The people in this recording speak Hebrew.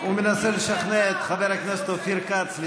הוא מנסה לשכנע את חבר הכנסת אופיר כץ לתמוך בחוק.